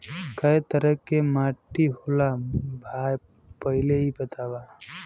कै तरह के माटी होला भाय पहिले इ बतावा?